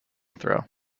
throw